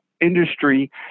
industry